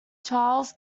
charles